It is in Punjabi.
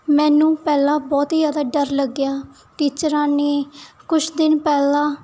ਮੈਨੂੰ ਪਹਿਲਾਂ ਬਹੁਤ ਹੀ ਜ਼ਿਆਦਾ ਡਰ ਲੱਗਿਆ ਟੀਚਰਾਂ ਨੇ ਕੁਛ ਦਿਨ ਪਹਿਲਾਂ